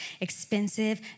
expensive